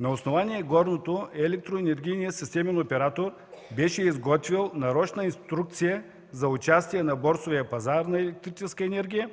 На основание горното, Електроенергийният системен оператор беше изготвил нарочна инструкция за участие на борсовия пазар на електрическа енергия